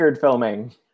filming